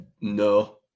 No